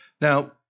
Now